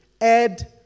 add